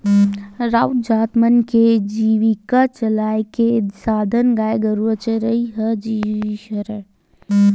राउत जात मन के जीविका चलाय के साधन गाय गरुवा चरई ह ही हरय